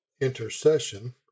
intercession